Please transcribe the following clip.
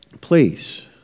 Please